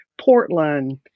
Portland